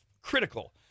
critical